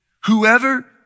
Whoever